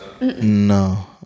No